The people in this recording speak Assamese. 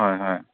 হয় হয়